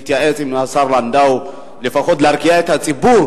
הוא התייעץ עם השר לנדאו לפחות להרגיע את הציבור.